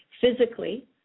physically